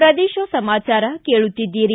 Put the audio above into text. ಪ್ರದೇಶ ಸಮಾಚಾರ ಕೇಳುತ್ತೀದ್ದಿರಿ